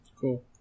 Cool